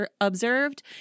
Observed